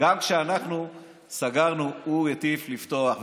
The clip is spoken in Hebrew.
גם כשאנחנו סגרנו הוא הטיף לפתוח,